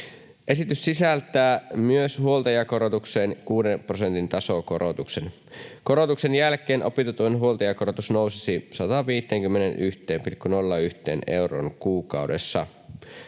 Esitys sisältää myös huoltajakorotukseen kuuden prosentin tasokorotuksen. Korotuksen jälkeen opintotuen huoltajakorotus nousisi 151,01 euroon kuukaudessa.